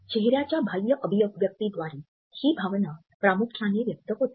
चेहऱ्याच्या बाह्य अभिव्यक्तिद्वारे ही भावना प्रामुख्याने व्यक्त होते